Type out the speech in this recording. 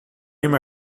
him